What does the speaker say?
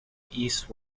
east